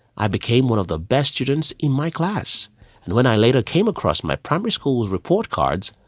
i became one of the best students in my class and when i later came across my primary school's report cards,